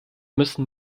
müssen